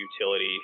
utility